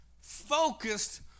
focused